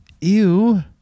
ew